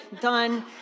done